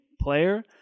player